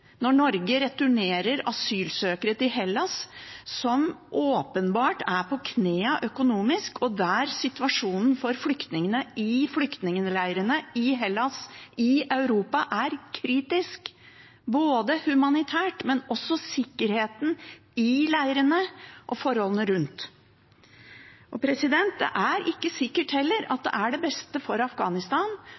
når Norge returnerer asylsøkere til Hellas, som åpenbart er på knærne økonomisk, og der situasjonen for flyktningene i flyktningleirene i Hellas – i Europa – er kritisk, både humanitært og når det gjelder sikkerheten i leirene og forholdene rundt. Det er heller ikke sikkert at det er det beste for Afghanistan